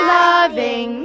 loving